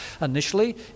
Initially